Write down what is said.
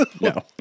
No